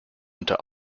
unter